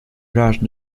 rushed